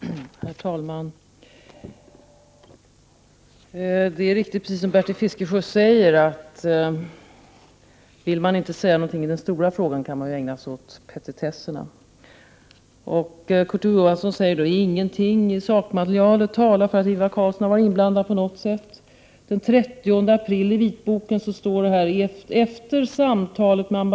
Herr talman! Det är riktigt, som Bertil Fiskesjö säger, att man om man inte vill säga någonting i den stora frågan kan ägna sig åt petitesserna. Kurt Ove Johansson säger att ingenting i sakmaterialet talar för att Ingvar Carlsson på något sätt har varit inblandad. I vitboken redovisas att statsministern den 30 april träffade Carl Lidbom.